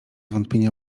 wątpienia